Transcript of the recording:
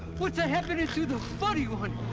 what's ah happening to the furry one?